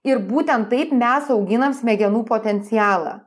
ir būtent taip mes auginam smegenų potencialą